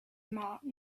marked